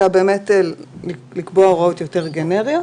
אלא באמת לקבוע הוראות יותר גנריות,